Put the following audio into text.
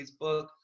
Facebook